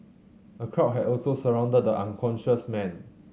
a crowd had also surrounded the unconscious man